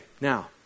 now